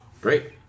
great